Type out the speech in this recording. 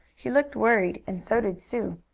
he looked worried, and so did sue.